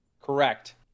Correct